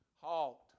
halt